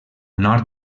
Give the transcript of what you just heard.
nord